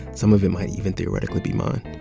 some of it might even theoretically be mine.